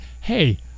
Hey